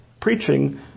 preaching